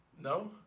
No